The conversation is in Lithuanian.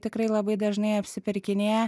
tikrai labai dažnai apsipirkinėja